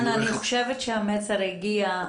דן, המסר הגיע.